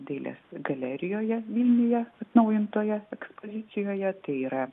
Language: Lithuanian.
dailės galerijoje vilniuje atnaujintoje ekspozicijoje tai yra